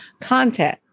Content